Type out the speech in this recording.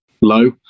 low